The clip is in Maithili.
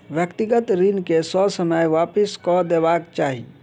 व्यक्तिगत ऋण के ससमय वापस कअ देबाक चाही